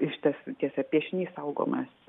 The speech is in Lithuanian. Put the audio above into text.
išties tiesa piešinys saugomas